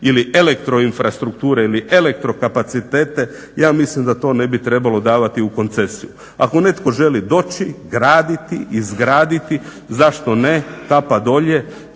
ili elektroinfrastrukture ili elektrokapacitete ja mislim da to ne bi trebalo davati u koncesiju. Ako netko želi doći, raditi, izgraditi zašto ne, kapa dolje.